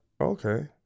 Okay